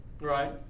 Right